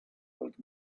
old